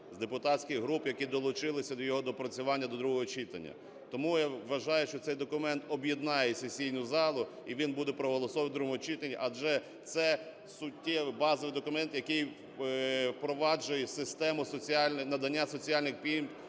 з депутатських груп, які долучилися до його доопрацювання до другого читання. Тому я вважаю, що цей документ об'єднає сесійну залу і він буде проголосований у другому читання, адже це суттєвий базовий документ, який впроваджує систему надання соціальних пільг